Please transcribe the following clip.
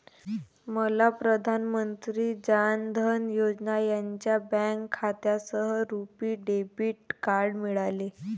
मला प्रधान मंत्री जान धन योजना यांच्या बँक खात्यासह रुपी डेबिट कार्ड मिळाले